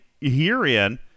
herein